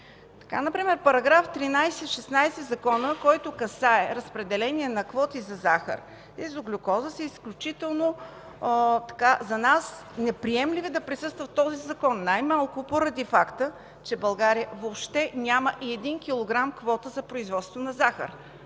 например в параграфи от 13 до 16 в законопроекта, които касаят разпределение на квоти за захар и глюкоза, са изключително неприемливи за нас да присъстват в този закон, най-малко поради факта, че България въобще няма и един килограм квота за производство на захар.